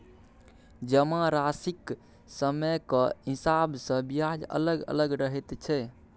जमाराशिक समयक हिसाब सँ ब्याज अलग अलग रहैत छै